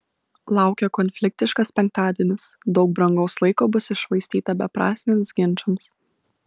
laukia konfliktiškas penktadienis daug brangaus laiko bus iššvaistyta beprasmiams ginčams